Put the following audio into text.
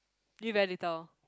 really very little